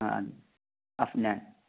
ആ അഫ്നാൻ